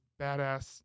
badass